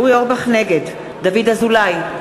נגד דוד אזולאי,